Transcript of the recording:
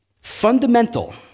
Fundamental